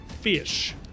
fish